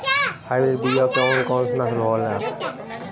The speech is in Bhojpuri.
हाइब्रिड बीया के कौन कौन नस्ल होखेला?